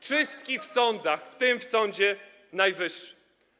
czystki w sądach, w tym w Sądzie Najwyższym.